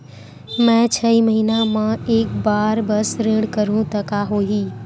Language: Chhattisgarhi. मैं छै महीना म एक बार बस ऋण करहु त का होही?